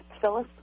Phyllis